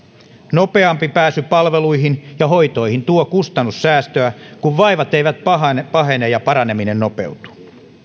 nopeampi pääsy palveluihin ja hoitoihin tuo kustannussäästöä kun vaivat eivät pahene pahene ja paraneminen nopeutuu